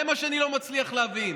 זה מה שאני לא מצליח להבין.